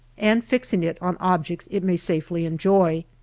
and fixing it on objects it may safely enjoy.